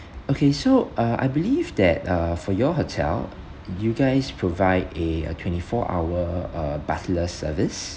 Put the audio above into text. okay so uh I believe that uh for your hotel you guys provide a a twenty four hour uh butler service